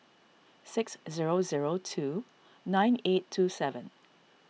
six zero zero two nine eight two seven